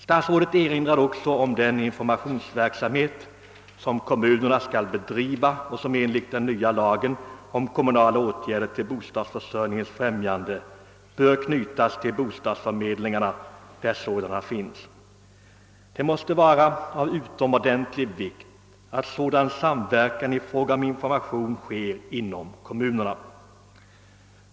Statsrådet erinrade också om den informationsverksamhet, som kommunerna skall bedriva och som enligt den nya lagen om kommunala åtgärder till bostadsförsörjningens främjande bör knytas till bostadsförmedlingarna där sådana finns. Det måste vara av utomordentligt stor vikt att sådan samverkan i fråga om informationen sker inom kommunerna.